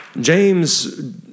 James